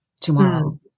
tomorrow